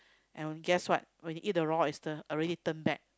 and guess what when we eat the raw oyster already turn black